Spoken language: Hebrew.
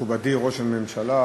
תודה רבה, מכובדי ראש הממשלה,